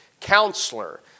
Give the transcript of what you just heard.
Counselor